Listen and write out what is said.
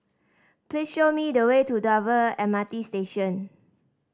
please show me the way to Dover M R T Station